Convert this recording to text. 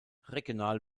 regional